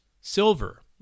silver